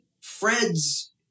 Fred's